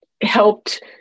helped